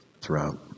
throughout